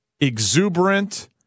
exuberant